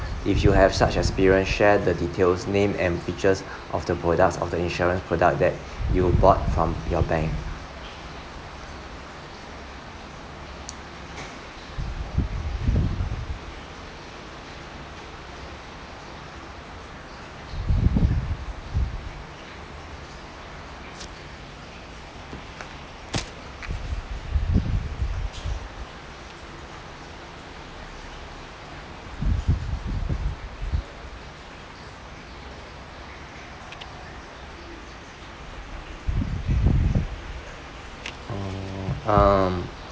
your bank uh um